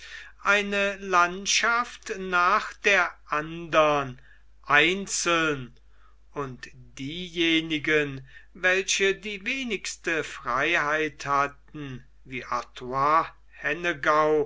eine landschaft nach der andern einzeln und diejenigen welche die wenigste freiheit hatten wie artois